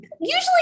usually